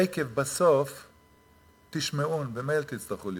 "עקב" בסוף תשמעון, ממילא תצטרכו לשמוע,